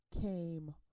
came